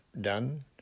done